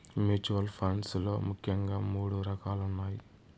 mutual funds లో ముఖ్యంగా మూడు రకాలున్నయ్